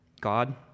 God